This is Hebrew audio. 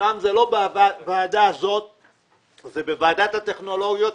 שאמנם זה לא בוועדה הזאת אלא בוועדת הטכנולוגיה,